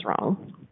wrong